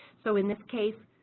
so in this case,